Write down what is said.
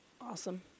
Awesome